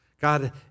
God